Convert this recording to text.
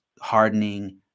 hardening